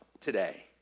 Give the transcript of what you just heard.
today